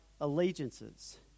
allegiances